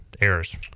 errors